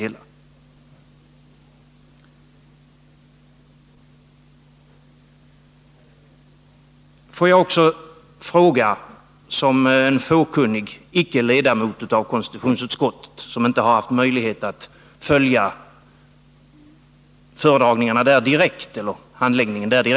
Eftersom jag inte är ledamot av konstitutionsutskottet har jag inte haft möjlighet att följa handläggningen av ärendet direkt och ställa några frågor.